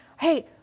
hey